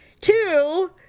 Two